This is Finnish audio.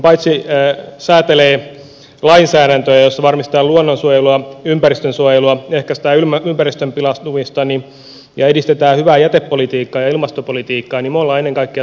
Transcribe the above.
paitsi että ympäristöministeriö säätelee lainsäädäntöä jossa varmistetaan luonnonsuojelua ympäristönsuojelua ehkäistään ympäristön pilaantumista ja edistetään hyvää jätepolitiikkaa ja ilmastopolitiikkaa me olemme ennen kaikkea tulevaisuusministeriö